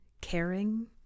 caring